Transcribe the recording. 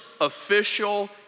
official